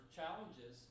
challenges